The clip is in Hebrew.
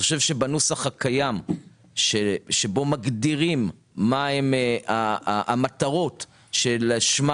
אני חושב שבנוסח הקיים בו מגדירים מה הן המטרות לשמן